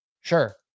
sure